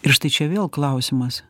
ir štai čia vėl klausimas